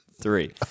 three